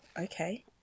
okay